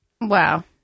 Wow